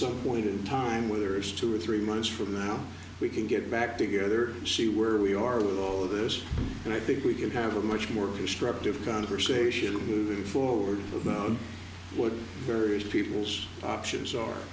some point in time whether it's two or three months from now we can get back together she where we are with all of this and i think we could have a much more constructive conversation moving forward about what various people's options are